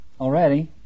Already